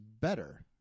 better